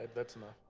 that's enough.